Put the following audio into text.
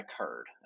occurred